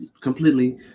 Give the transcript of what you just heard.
completely